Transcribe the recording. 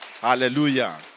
Hallelujah